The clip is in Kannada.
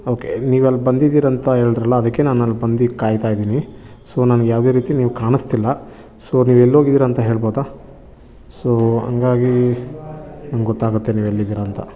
ಓಕೆ ನೀವು ಅಲ್ಲಿ ಬಂದಿದ್ದೀರಂತ ಹೇಳಿದ್ರಲ್ಲ ಅದಕ್ಕೆ ನಾನಲ್ಲಿ ಬಂದು ಕಾಯ್ತಾಯಿದ್ದೀನಿ ಸೊ ನನಗೆ ಯಾವುದೇ ರೀತಿ ನೀವು ಕಾಣಿಸ್ತಿಲ್ಲ ಸೊ ನೀವು ಎಲ್ಲೋಗಿದ್ದೀರಾ ಅಂತ ಹೇಳ್ಬೋದಾ ಸೊ ಹಂಗಾಗಿ ನಂಗೊತ್ತಾಗುತ್ತೆ ನೀವು ಎಲ್ಲಿದ್ದೀರ ಅಂತ